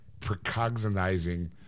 precognizing